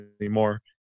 anymore